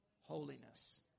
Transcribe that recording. Holiness